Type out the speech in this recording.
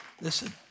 Listen